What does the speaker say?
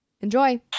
Enjoy